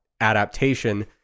adaptation